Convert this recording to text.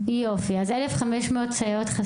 להלן תרגומם: חסרות כ-1,500 סייעות.